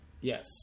yes